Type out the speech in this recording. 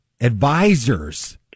advisors